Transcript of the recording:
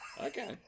Okay